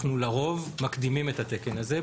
אנחנו לרוב מקדימים את התקן הזה,